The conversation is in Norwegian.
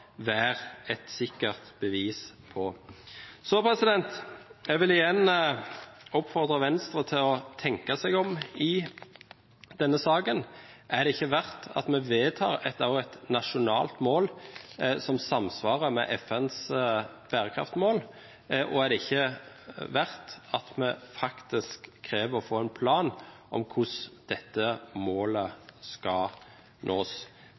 være et sikkert bevis på. Jeg vil igjen oppfordre Venstre til å tenke seg om i denne saken. Er det ikke verdt noe at vi vedtar også et nasjonalt mål som samsvarer med FNs bærekraftmål, og er det ikke verdt noe at vi faktisk krever å få en plan for hvordan dette målet skal nås?